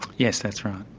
yes, that's right.